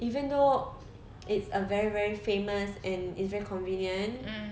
even though it's a very very famous and it's very convenient